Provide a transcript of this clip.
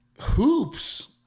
hoops